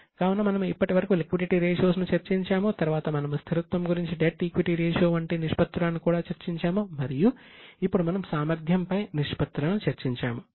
కావున మనము ఇప్పటివరకు లిక్విడిటీ రేషియోస్ పై నిష్పత్తులను చర్చించాము